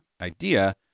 idea